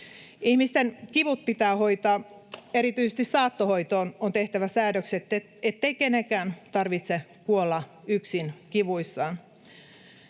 Ihmisten kivut pitää hoitaa. Erityisesti saattohoitoon on tehtävä säädökset, ettei kenenkään tarvitse kuolla yksin kivuissaan.